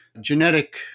genetic